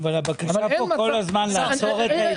אבל אין מצב --- אבל הבקשה פה כל הזמן לעצור את העיקולים.